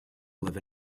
live